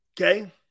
Okay